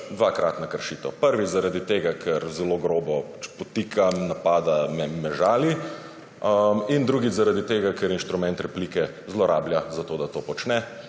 dvakratna kršitev. Prvič zaradi tega, ker zelo grobo podtika, napada, me žali, in drugič zaradi tega, ker inštrument replike zlorablja zato, da to počne,